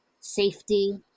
safety